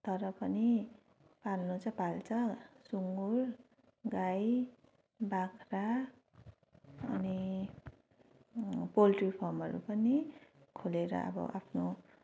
तर पनि पाल्नु चाहिँ पाल्छ सुँगुर गाई बाख्रा अनि पोल्ट्री फार्महरू पनि खोलेर अब आफ्नो